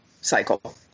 cycle